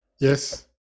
Yes